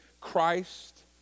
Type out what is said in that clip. Christ